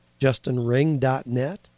justinring.net